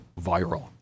viral